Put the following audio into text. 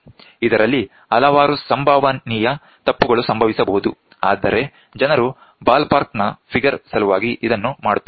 ಇದರಲ್ಲಿ ಹಲವಾರು ಸಂಭವನೀಯ ತಪ್ಪುಗಳು ಸಂಭವಿಸಬಹುದು ಆದರೆ ಜನರು ಬಾಲ್ ಪಾರ್ಕ್ ನ ಫಿಗರ್ ಸಲುವಾಗಿ ಇದನ್ನು ಮಾಡುತ್ತಾರೆ